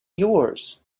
yours